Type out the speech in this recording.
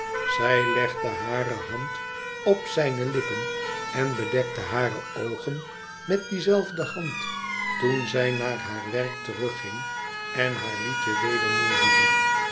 zij legde hare hand op zijne lippen en bedekte hare oogen met die zelfde hand toen zij naar haar werk terugging en haar liedje weder neuriede